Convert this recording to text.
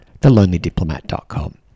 thelonelydiplomat.com